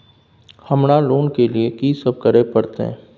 हमरा लोन के लिए की सब करे परतै?